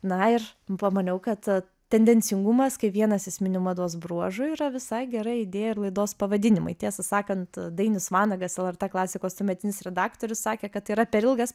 na ir pamaniau kad tendencingumas kaip vienas esminių mados bruožų yra visai gera idėja ir laidos pavadinimui tiesą sakant dainius vanagas lrt klasikos tuometinis redaktorius sakė kad yra per ilgas